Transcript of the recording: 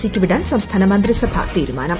C ക്ക് വിടാൻ സംസ്ഥാന മന്ത്രിസഭാ തീരുമാനം